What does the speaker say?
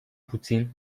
puțin